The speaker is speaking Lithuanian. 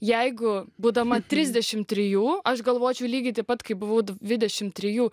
jeigu būdama trisdešim trijų aš galvočiau lygiai taip pat kaip buvau dvidešim trijų